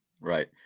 Right